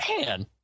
man